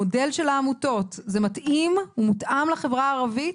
המודל של העמותות מותאם לחברה הערבית?